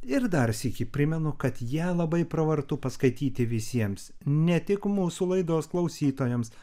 ir dar sykį primenu kad ją labai pravartu paskaityti visiems ne tik mūsų laidos klausytojams